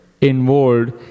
involved